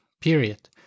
period